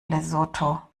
lesotho